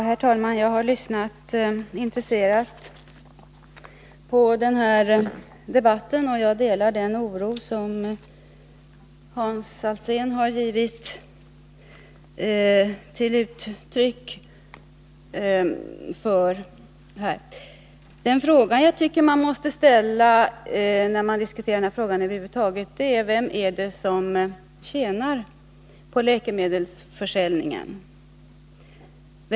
Herr talman! Jag har lyssnat intresserat på denna debatt, och jag delar den oro som Hans Alsén har givit uttryck för. I en sådan här diskussion måste man enligt min mening ställa följande frågor: Vem är det som tjänar på läkemedelsförsäljningen?